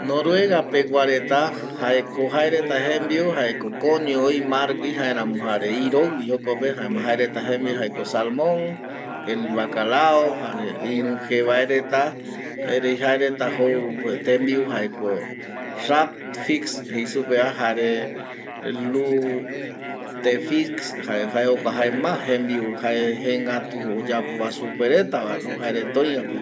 Noruega pegua reta jaeko jae reta jembiu jaeko koño öi margui jare jaeramo jare iroivi jokope jaema jaereta jembiu jaeko salmon el vacalao jare iru jevae reta erei jaereta jou tembiu jaeko rapfis jeisupeva jare lutefis jare jae jokua jae jembiu jae jegätuva oyapo supereta vano jaereta oiape